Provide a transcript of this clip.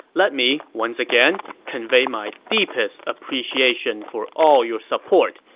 let me once again convey my deepest appreciation for all your support,